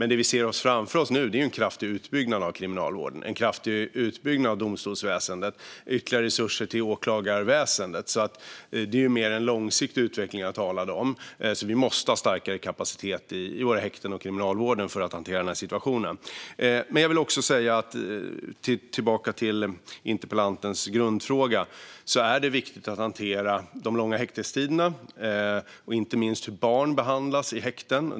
Det vi ser framför oss nu är en kraftig utbyggnad av Kriminalvården, en kraftig utbyggnad av domstolsväsendet och ytterligare resurser till åklagarväsendet. Det är mer en långsiktig utveckling jag talade om. Vi måste ha starkare kapacitet i våra häkten och i Kriminalvården för att kunna hantera den här situationen. Tillbaka till interpellantens grundfråga: Det är viktigt att hantera de långa häktestiderna. Det gäller inte minst hur barn behandlas i häkten.